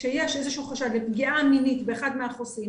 כשיש איזשהו חשד לפגיעה מינית באחד מהחוסים,